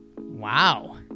Wow